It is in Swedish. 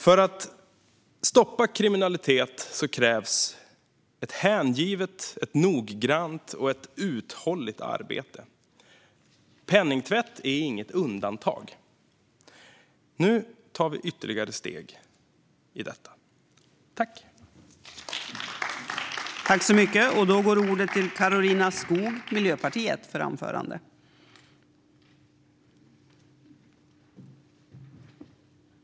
För att stoppa kriminalitet krävs hängivet, noggrant och uthålligt arbete. Penningtvätt är inget undantag. Nu tar vi ytterligare steg i detta.